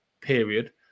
period